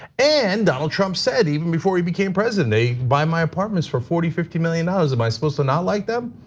and donald trump said even before he became president a by my apartments for forty fifty million dollars, am i supposed to not like them?